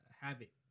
habit